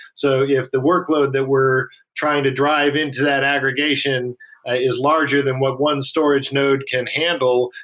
so if the workload that we're trying to drive into that aggregation is larger than what one storage node can handle,